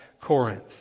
Corinth